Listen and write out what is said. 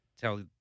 tell